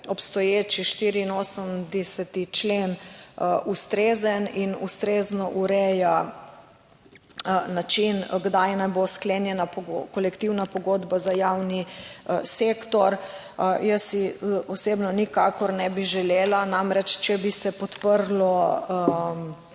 obstoječi 84. člen ustrezen in ustrezno ureja način kdaj naj bo sklenjena kolektivna pogodba za javni sektor. Jaz si osebno nikakor ne bi želela, namreč, če bi se podprlo